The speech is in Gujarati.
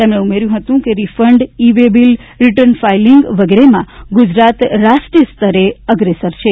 તેમણે ઉમેર્યું હતું કે refund e waybill return filing વગેરેમાં ગુજરાત રાષ્ટ્રીયસ્તરે અગ્રેસર છે